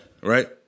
Right